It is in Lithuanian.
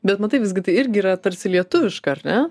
bet matai visgi tai irgi yra tarsi lietuviška ar ne